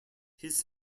his